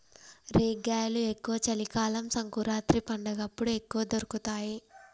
రేగ్గాయలు ఎక్కువ చలి కాలం సంకురాత్రి పండగప్పుడు ఎక్కువ దొరుకుతాయి